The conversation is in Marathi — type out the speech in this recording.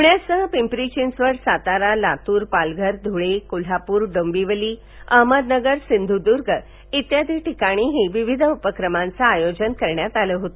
पूण्यासह पिंपरी चिंचवड सातारा लातूर पालघर धूळे कोल्हापूर डोंबिवली अहमदनगर सिंधूदर्ग आदी ठिकाणीही विविध उपक्रमांचं आयोजन करण्यात आलं होत